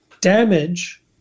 damage